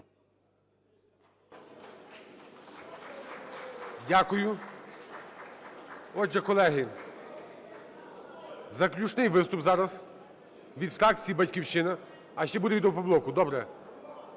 Дякую. Отже, колеги, заключний виступ зараз від фракції "Батьківщина"… А! ще буде від Опоблоку. Добре!